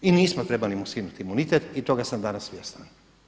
I nismo trebali mu skinuti imunitet i toga sam danas svjestan.